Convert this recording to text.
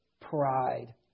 Pride